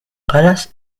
caras